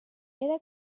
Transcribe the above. era